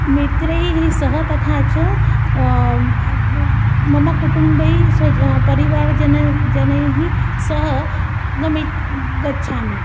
मित्रैः सह तथा च मम कुटुम्बैः स्वज परिवारजनैः जनैः सह गमित् गच्छामि